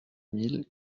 mille